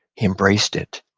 he embraced it,